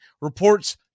reports